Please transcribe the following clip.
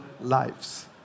lives